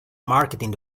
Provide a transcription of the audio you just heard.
marketing